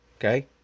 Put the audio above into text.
Okay